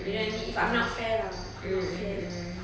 you know what I mean if I'm not fair lah if I'm not fair